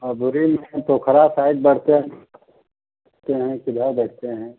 बबरी में वह पोखरा साइट बैठते हैं कहाँ किधर बैठते हैं